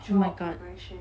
job progression